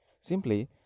simply